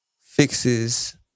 fixes